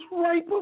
right